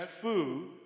food